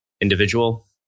individual